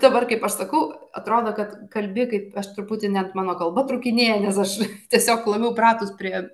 dabar kaip aš sakau atrodo kad kalbi kaip aš truputį net mano kalba trūkinėja nes aš tiesiog labiau pratus prie